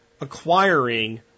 acquiring